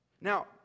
Now